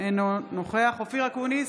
אינו נוכח אופיר אקוניס,